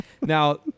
Now –